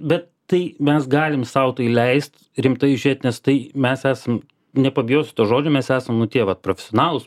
bet tai mes galim sau tai leist rimtai žiūrėt nes tai mes esam nepabijosiu to žodžio mes esam nu tie vat profesionalūs